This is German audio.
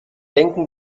denken